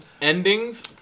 endings